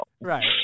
Right